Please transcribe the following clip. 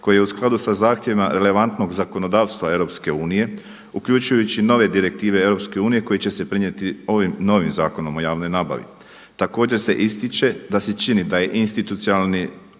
koji je u skladu sa zahtjevima relevantnog zakonodavstva EU uključujući nove direktive EU koji će se prenijeti ovim novim Zakonom o javnoj nabavi. Također se ističe da se čini da je institucionalni